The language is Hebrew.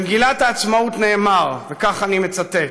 במגילת העצמאות נאמר, וכך אני מצטט: